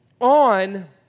on